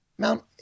Mount